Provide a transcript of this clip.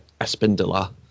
Espindola